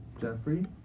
Jeffrey